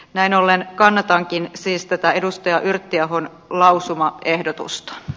näin ollen kannatankin siis edustaja yrttiahon lausumaehdotusta